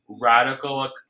radical